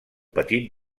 petit